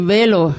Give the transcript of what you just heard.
Velo